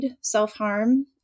self-harm